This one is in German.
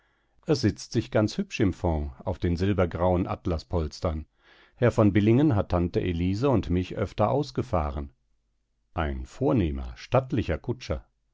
es sitzt sich ganz hübsch im fond auf den silbergrauen atlaspolstern herr von billingen hat tante elise und mich öfter ausgefahren ein vornehmer stattlicher kutscher